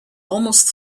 almost